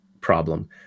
problem